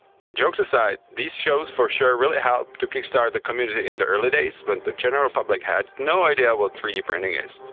but jokes aside these shows for sure really helped to kickstart the community in the early days when but the general public had no idea what three d printing is.